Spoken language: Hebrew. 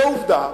ועובדה,